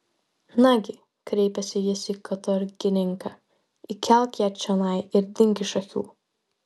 nagi kreipėsi jis į katorgininką įkelk ją čionai ir dink iš akių